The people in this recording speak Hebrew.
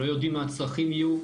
לא יודעים מה הצרכים יהיו.